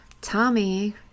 Tommy